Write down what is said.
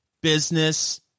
business